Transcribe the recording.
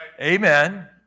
Amen